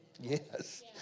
Yes